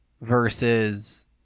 versus